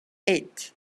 eight